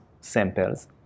samples